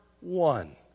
one